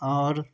आओर